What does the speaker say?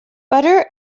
butter